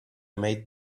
made